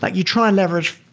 like you try and leverage,